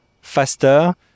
faster